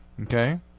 Okay